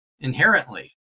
Inherently